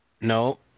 No